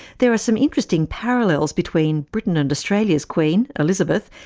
there are some interesting parallels between britain and australia's queen, elizabeth,